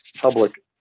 public